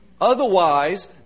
Otherwise